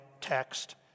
text